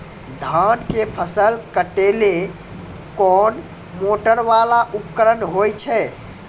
धान के फसल काटैले कोन मोटरवाला उपकरण होय छै?